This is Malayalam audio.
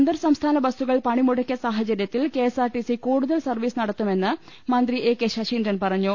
അന്തർസംസ്ഥാന ബസ്സുകൾ പണി മുടക്കിയ സാഹച ര്യത്തിൽ K S R T C കൂടുതൽ സർവീസ് നട ത്തുമെന്ന് മന്ത്രി എ കെ ശശീന്ദ്രൻ പറഞ്ഞു